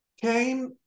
came